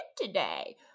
today